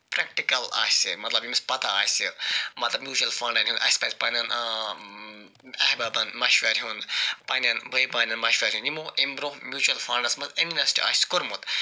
practical آسہِ مطلب ییٚمِس پتہ آسہِ مطلب میوٗچول فنٛڈن ہُنٛد اَسہِ پَزِ پنٛنٮ۪ن احبابن مشوَرٕ ہیوٚن پنٛنٮ۪ن بٲے پنٛنٮ۪ن مشور ہیوٚن یِمو اَمہِ برۄنٛہہ میوٗچول فنٛڈس منٛز اِنوٮ۪سٹ آسہِ کوٚرمُت